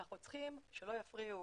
אנחנו צריכים שלא יפריעו